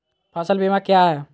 फ़सल बीमा क्या है?